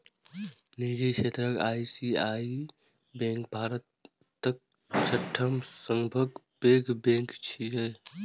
निजी क्षेत्रक ICICI bank भारतक छठम सबसं पैघ बैंक छियै